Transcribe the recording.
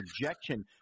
projection